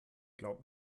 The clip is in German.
glaubt